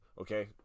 okay